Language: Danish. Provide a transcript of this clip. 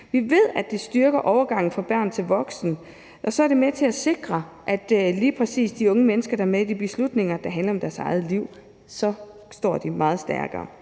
Vi ved, at det styrker overgangen fra barn til voksen, og så er det med til at sikre, at lige præcis de unge mennesker, der er med i de beslutninger, der handler om deres eget liv, står meget stærkere.